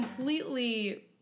completely